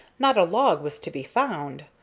not a log was to be found.